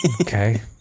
Okay